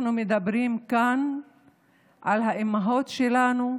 אנחנו מדברים כאן על האימהות שלנו,